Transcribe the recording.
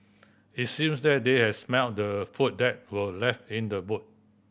it seemed that they had smelt the food that were left in the boot